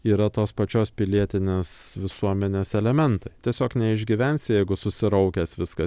yra tos pačios pilietinės visuomenės elementai tiesiog neišgyvensi jeigu susiraukęs viską